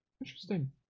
Interesting